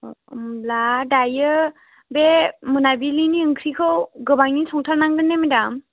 होनब्ला दायो बे मोनाबिलिनि ओंख्रिखौ गोबाङैनो संथारनांगोन ने मेडाम